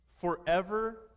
forever